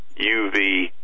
UV